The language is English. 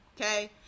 okay